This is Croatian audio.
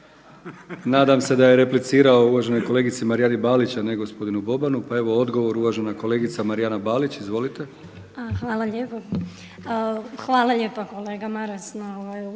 Nadam se da je replicirao uvaženoj kolegici Marijani Balić a ne gospodinu Bobanu. Pa evo odgovor uvažena kolegica Marijana Balić. Izvolite. **Balić, Marijana (HDZ)** Hvala lijepa. Hvala lijepa kolega Maras